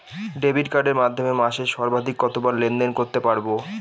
Debit কার্ডের মাধ্যমে মাসে সর্বাধিক কতবার লেনদেন করতে পারবো?